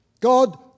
God